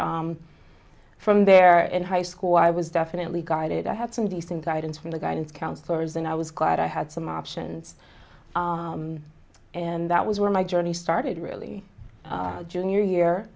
however from there and high school i was definitely guided i had some decent guidance from the guidance counselors and i was glad i had some options and that was where my journey started really junior year